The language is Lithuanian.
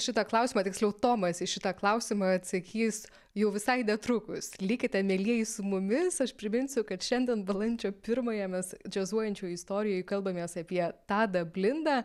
šitą klausimą tiksliau tomas į šitą klausimą atsakys jau visai netrukus likite mielieji su mumis aš priminsiu kad šiandien balandžio pirmąją mes džiazuojančioj istorijoj kalbamės apie tadą blindą